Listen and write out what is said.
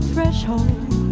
threshold